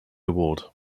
award